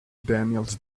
daniels